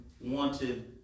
wanted